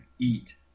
eat